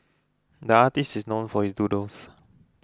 the artist is known for his doodles